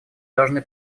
должны